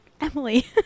Emily